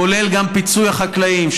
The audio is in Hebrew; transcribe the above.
כולל גם פיצוי החקלאים,